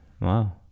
wow